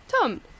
Tom